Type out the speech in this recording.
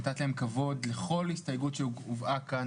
נתת להם כבוד על כל הסתייגות שהובאה כאן,